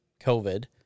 COVID